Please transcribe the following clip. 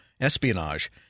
espionage